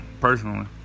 personally